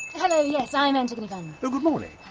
hello yes i'm antigone funn. good morning.